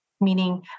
meaning